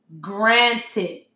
granted